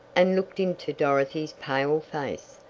and looked into dorothy's pale face.